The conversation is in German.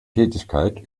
tätigkeit